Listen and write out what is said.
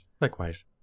Likewise